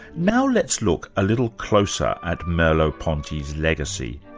now let's look a little closer at merleau-ponty's legacy.